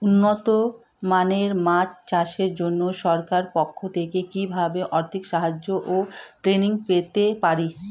উন্নত মানের মাছ চাষের জন্য সরকার পক্ষ থেকে কিভাবে আর্থিক সাহায্য ও ট্রেনিং পেতে পারি?